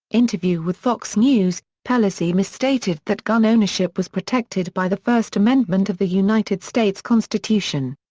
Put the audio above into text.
interview with fox news, pelosi misstated that gun ownership was protected by the first amendment of the united states constitution.